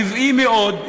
טבעי מאוד,